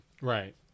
Right